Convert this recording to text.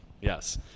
Yes